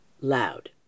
loud